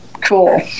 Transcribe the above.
cool